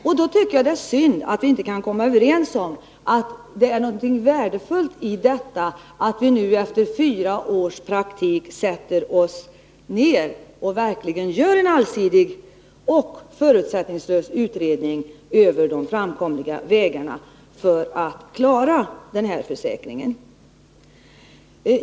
Därför tycker jag det är syndatt vi inte kan komma överens om att det är värdefullt att vi efter fyra års praktik gör en allsidig och förutsättningslös utredning av de framkomliga vägarna för att klara försäkringen.